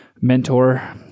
mentor